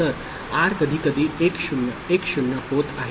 तर आर कधीकधी 1 0 1 0 होत आहे